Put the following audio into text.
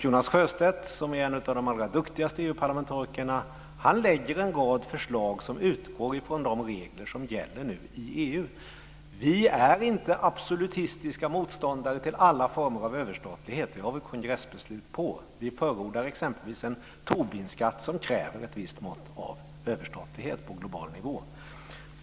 Jonas Sjöstedt, som är en av de allra duktigaste EU-parlamentariker, lägger fram en rad förslag som utgår från de regler som nu gäller i EU. Vi är inte absolutistiska motståndare till alla former av överstatlighet. Det har vi kongressbeslut på. Vi förordar exempelvis en Tobinskatt som kräver ett visst mått av överstatlighet på global nivå.